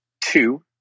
two